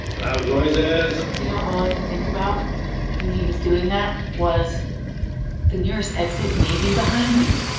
loud noises. you know, all i could think about when he was doing that was the nearest exit may be behind you.